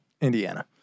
Indiana